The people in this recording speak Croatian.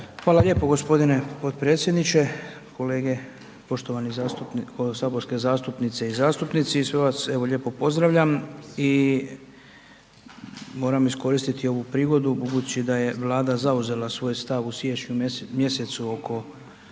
Hvala lijepo g. potpredsjedniče, kolege, poštovani saborski zastupnice i zastupnici, sve vas evo lijepo pozdravljam i moram iskoristiti ovu prigodu budući da je Vlada zauzela svoj stav u siječnju mjesecu oko